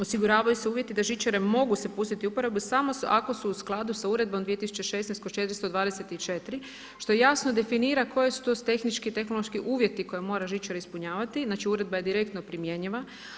Osiguravaju se uvjeti da žičare mogu se pustiti u porabu samo ako su u skladu sa Uredbom 2016/424 što jasno definira koje su to tehnički i tehnološki uvjeti koje mora žičara ispunjavati, znači uredba je direktno primjenjiva.